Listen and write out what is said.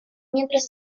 mientras